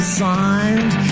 signed